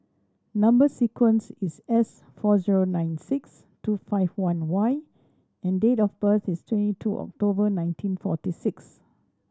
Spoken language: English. number sequence is S four zero nine six two five one Y and date of birth is twenty two October nineteen forty six